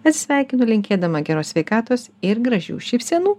atsisveikinu linkėdama geros sveikatos ir gražių šypsenų